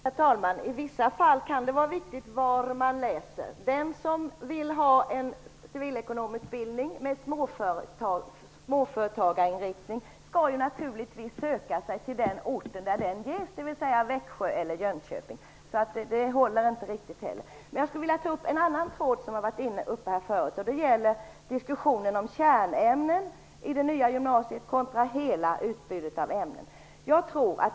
Herr talman! I vissa fall kan det vara viktigt var man läser. Den som vill ha en civilekonomutbildning med småföretagarinriktning skall naturligtvis söka sig till den ort där den utbildningen ges, dvs. Växjö eller Jag skulle vilja ta upp en annan sak som diskuterats här tidigare. Det gäller frågan om kärnämnen i det nya gymnasiet kontra hela utbudet av ämnen.